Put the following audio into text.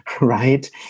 right